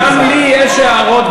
גם לי יש הערות,